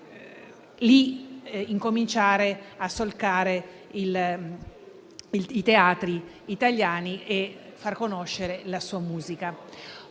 cominciare a solcare i teatri italiani e far ascoltare la sua musica.